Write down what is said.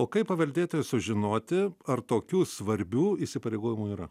o kaip paveldėtojas sužinoti ar tokių svarbių įsipareigojimų yra